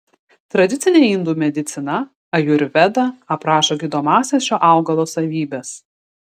tradicinė indų medicina ajurveda aprašo gydomąsias šio augalo savybes